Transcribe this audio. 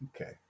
Okay